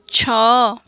ଛଅ